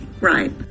Right